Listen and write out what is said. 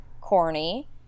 corny